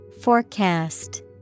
Forecast